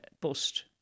bust